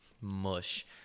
Mush